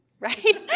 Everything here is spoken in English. right